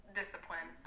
discipline